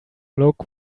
look